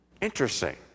Interesting